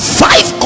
five